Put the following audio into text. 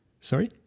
Sorry